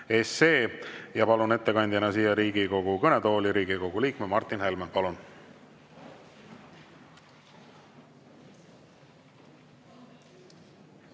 Palun ettekandjana siia Riigikogu kõnetooli Riigikogu liikme Martin Helme. Palun!